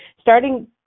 starting